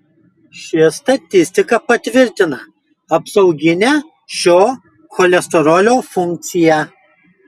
ši statistika patvirtina apsauginę šio cholesterolio funkciją